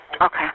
Okay